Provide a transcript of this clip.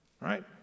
Right